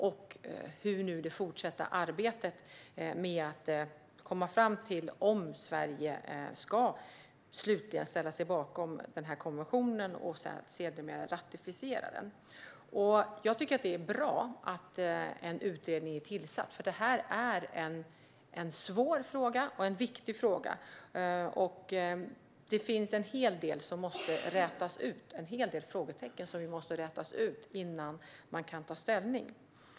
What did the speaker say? Det handlar också om det fortsatta arbetet med att komma fram till om Sverige slutligen ska ställa sig bakom den här konventionen och sedermera ratificera den. Jag tycker att det är bra att en utredning är tillsatt, för det här är en svår och viktig fråga. Det finns en hel del frågetecken som måste rätas ut innan man kan ta ställning.